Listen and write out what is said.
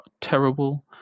terrible